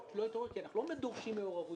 התעורר כי אנחנו לא באמת דורשים מעורבות.